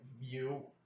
view